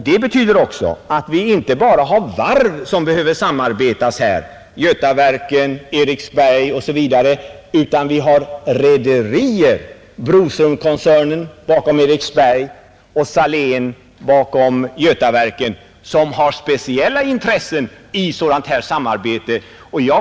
Det betyder också att vi inte bara har varv som behöver samarbeta — Götaverken, Eriksberg osv. — utan vi har rederier: Broströmkoncernen bakom Eriksberg och Salén bakom Götaverken, som har speciella intressen i ett sådant samarbete.